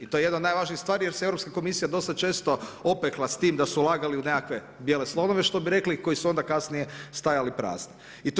I to je jedno od najvažnijih stvari jer se Europska komisija dosta često opekla s tim da su ulagali u nekakve bijele slonove što bi rekli, koji su onda kasnije stajali prazne.